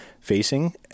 facing